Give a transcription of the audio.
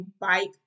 bike